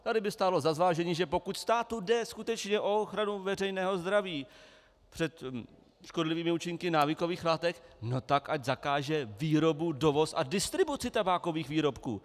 Tady by stálo za zvážení, že pokud státu jde skutečně o ochranu veřejného zdraví před škodlivými účinky návykových látek, no tak ať zakáže výrobu, dovoz a distribuci tabákových výrobků.